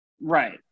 Right